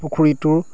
পুখুৰীটোৰ